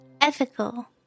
Ethical